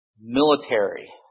military